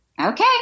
okay